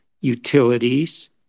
utilities